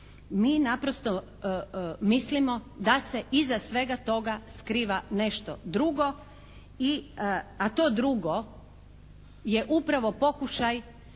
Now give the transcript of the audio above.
mi naprosto mislimo da se iza svega toga skriva nešto drugo, a to drugo je upravo pokušaj